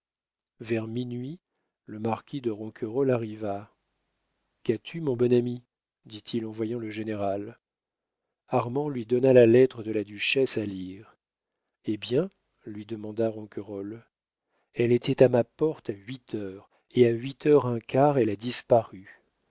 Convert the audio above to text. vers minuit le marquis de ronquerolles arriva qu'as-tu mon bon ami dit-il en voyant le général armand lui donna la lettre de la duchesse à lire eh bien lui demanda ronquerolles elle était à ma porte à huit heures et à huit heures un quart elle a disparu